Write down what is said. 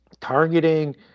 targeting